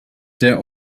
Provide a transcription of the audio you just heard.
der